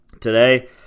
Today